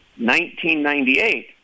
1998